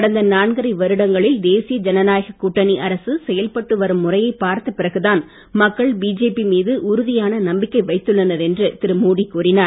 கடந்த நான்கரை வருடங்களில் தேசிய ஜனநாயக கூட்டணி அரசு செயல்பட்டு வரும் முறையை பார்த்தப் பிறகு தான் மக்கள் பிஜேபி மீது உறுதியான நம்பிக்கை வைத்துள்ளனர் என்று திரு மோடி கூறினார்